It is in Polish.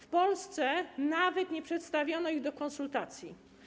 W Polsce nawet nie przedstawiono go do konsultacji.